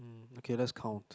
okay let's count